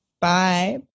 Bye